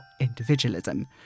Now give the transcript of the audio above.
individualism